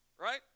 Right